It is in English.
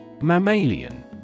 Mammalian